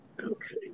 Okay